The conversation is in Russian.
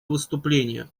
выступление